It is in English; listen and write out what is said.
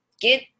Get